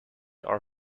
are